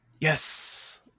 Yes